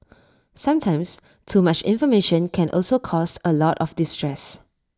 sometimes too much information can also cause A lot of distress